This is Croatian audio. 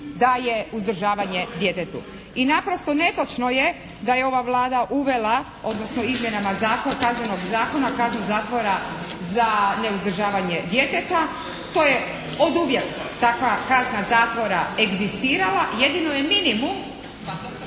daje uzdržavanje djetetu. I naprosto netočno je da je ova Vlada uvela, odnosno izmjenama Kaznenog zakona kaznu zatvora za neuzdržavanje djeteta. To je oduvijek takva kazna zatvora egzistirala, jedino je minimum